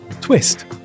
twist